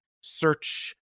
search